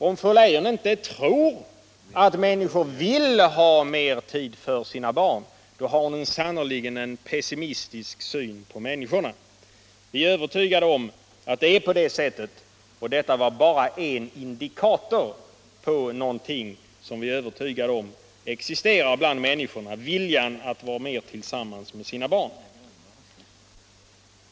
Om fru Leijon inte tror att människor inte vill ha mer tid för sina barn, har hon sannerligen en pessimistisk syn på människorna. Vi är övertygade om att det förhåller sig på det sättet. Detta var bara en indikator på någonting som vi är övertygade om existerar bland människorna, nämligen viljan att vara mer tillsammans med sina barn.